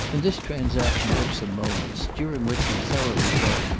and this transaction took some moments, during which he thoroughly felt,